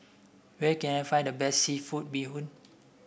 where can I find the best seafood Bee Hoon